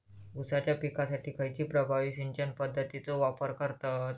ऊसाच्या पिकासाठी खैयची प्रभावी सिंचन पद्धताचो वापर करतत?